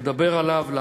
לדבר עליו,